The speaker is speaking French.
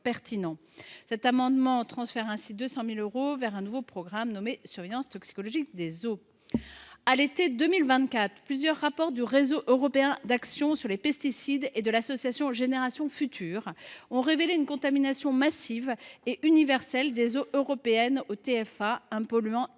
il tend à transférer 200 000 euros vers un nouveau programme intitulé « Surveillance toxicologique des eaux ». À l’été 2024, plusieurs rapports du réseau européen d’action contre les pesticides PAN Europe et de l’association Générations Futures ont révélé une contamination massive et universelle des eaux européennes au TFA, un polluant éternel.